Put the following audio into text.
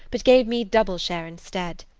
but gave me double share instead.